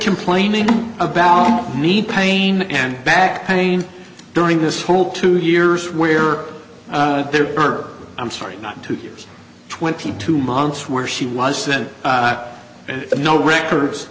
complaining about me pain and back pain during this whole two years where there are i'm sorry not to years twenty two months where she was than no records